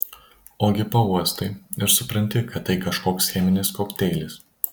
ogi pauostai ir supranti kad tai kažkoks cheminis kokteilis